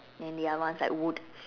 and the other one is like wood